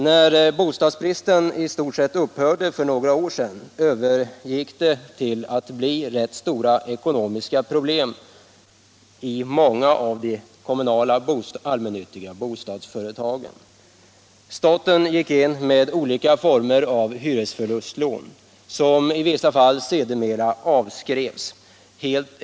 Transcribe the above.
När bostadsbristen i stort sett upphörde för några år sedan blev det i stället rätt stora ekonomiska problem i många av de allmännyttiga kom Nr 107 munala bostadsföretagen. Staten gick in med olika former av hyresför Torsdagen den lustlån som i vissa fall sedermera avskrevs delvis.